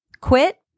Quit